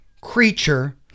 creature